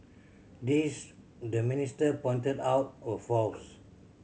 these the minister pointed out were false